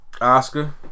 Oscar